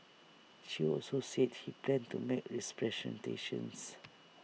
chew also said he plans to make